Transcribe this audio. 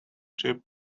chip